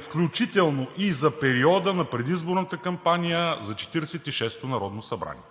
„включително и за периода на предизборната кампания за Четиридесет и шесто народно събрание“.